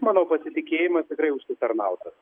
mano pasitikėjimas tikrai užsitarnautas